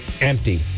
empty